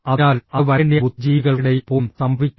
അതിനാൽ അത് വരേണ്യ ബുദ്ധിജീവികൾക്കിടയിൽ പോലും സംഭവിക്കുന്നു